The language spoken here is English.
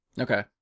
Okay